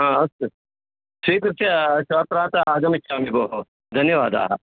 ह अस्तु स्वीकृत्य श्वः प्रातः आगमिष्यामि भोः धन्यवादाः